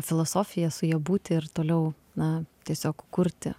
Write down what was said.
filosofiją su ja būti ir toliau na tiesiog kurti